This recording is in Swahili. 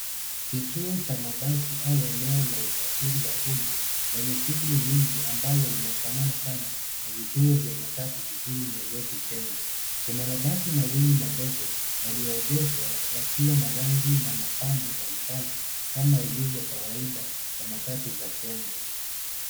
Kituo cha mabasi au eneo la usafiri wa umma lenye shughuli nyingi, ambalo linafanana sana na vituo vya matatu jijini Nairobi, Kenya. Kuna mabasi mawili madogo yaliyoegeshwa, yakiwa na rangi na mapambo mbalimbali kama ilivyo kawaida kwa matatu za Kenya.